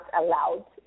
allowed